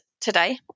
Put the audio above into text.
today